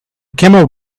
camel